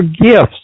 gifts